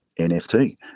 NFT